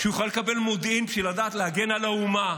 שהוא יוכל לקבל מודיעין בשביל לדעת להגן על האומה.